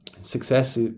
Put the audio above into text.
success